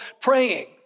praying